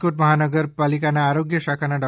રાજકોટ મહાનગરપાલિકાના આરોગ્ય શાખાના ડો